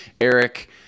Eric